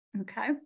Okay